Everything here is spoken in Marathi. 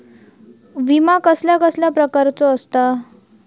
विमा कसल्या कसल्या प्रकारचो असता?